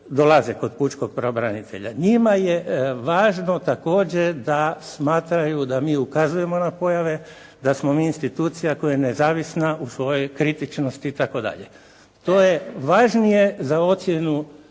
dolaze kod pučkog pravobranitelja. Njima je važno također da smatraju da mi ukazujemo na pojave, da smo mi institucija koja je nezavisna u svojoj kritičnosti itd. To je važnije za ocjenu